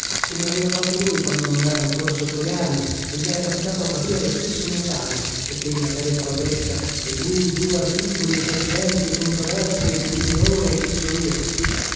come aveva fatto lui quando non era ancora sotto le armi e gli era capitato a pavia lo stesso mio caso perché in materia cavalleresca e giù giù articoli e precedenti e controversie e giurì donore e che so io